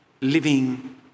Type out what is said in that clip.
living